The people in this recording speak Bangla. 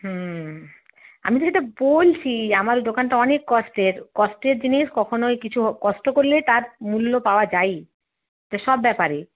হুম আমি তো সেটা বলছি আমার দোকানটা অনেক কষ্টের কষ্টের জিনিস কখনোই কিছু কষ্ট করলে তার মূল্য পাওয়া যায়ই তা সব ব্যাপারে